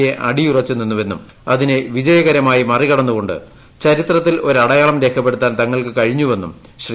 A അടിയുറച്ച് നിന്നുവെന്നും അതിനെ വിജയകരമായി മറികടന്നുകൊണ്ട് ചരിത്രത്തിൽ ഒരു അടയാളം രേഖപ്പെടുത്താൻ തങ്ങൾക്ക് കഴിഞ്ഞുവെന്നും ശ്രീ